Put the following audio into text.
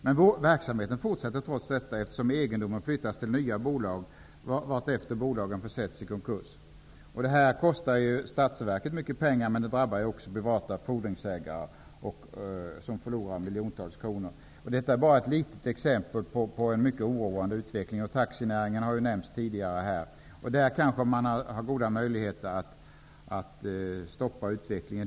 Men verksamheten fortsätter trots detta, eftersom egendomen flyttas till nya bolag vartefter bolagen försätts i konkurs. Detta kostar staten mycket pengar, men det drabbar också privata fordringsägare, som förlorar miljontals kronor. Detta är bara ett litet exempel på en mycket oroande utveckling. Taxinäringen har ju nämnts här tidigare. Där kanske man har goda möjligheter att stoppa utvecklingen.